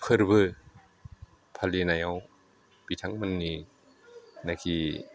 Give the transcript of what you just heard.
फोरबो फालिनायाव बिथांमोननि नाखि